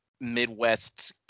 Midwest